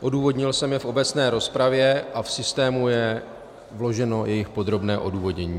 Odůvodnil jsem je v obecné rozpravě a i v systému je vloženo jejich podrobné odůvodnění.